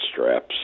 straps